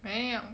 没有